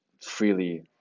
freely